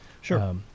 sure